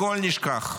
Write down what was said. הכול נשכח,